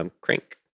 Crank